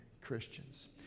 Christians